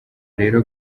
rero